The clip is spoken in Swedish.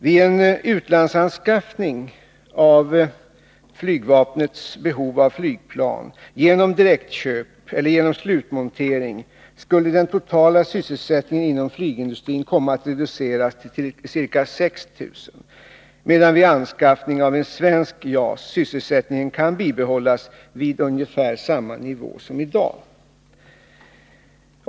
Vid en utlandsanskaffning av flygvapnets behov av flygplan genom direkt köp eller slutmontering skulle den totala sysselsättningen inom flygindustrin komma att reduceras till ca 6000, medan vid anskaffning av svensk JAS sysselsättningen kan bibehållas vid ungefär samma nivå som i dag.